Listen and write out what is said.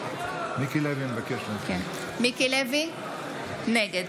לוי, נגד